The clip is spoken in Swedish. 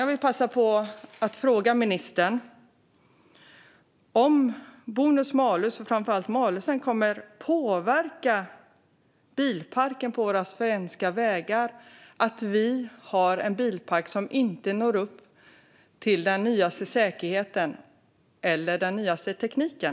Jag vill passa på att fråga ministern om bonus-malus, framför allt malus, kommer att påverka bilparken på våra svenska vägar, det vill säga att vi har en bilpark som inte når upp till den nyaste säkerheten eller den nyaste tekniken.